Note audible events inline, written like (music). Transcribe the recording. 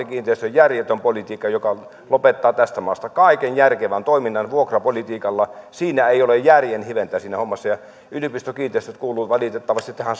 (unintelligible) kiinteistöjen järjetön politiikka joka lopettaa tästä maasta kaiken järkevän toiminnan vuokrapolitiikalla siinä hommassa ei ole järjen hiventä ja yliopistokiinteistöt kuuluvat valitettavasti tähän (unintelligible)